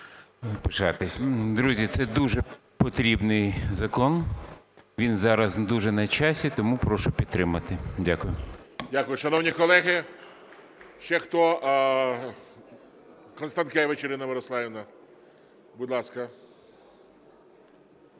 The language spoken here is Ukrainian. Друзі, це дуже потрібний закон, він зараз дуже на часі, тому прошу підтримати. Дякую. ГОЛОВУЮЧИЙ. Дякую. Шановні колеги, ще хто? Констанкевич Ірина Мирославівна, будь ласка.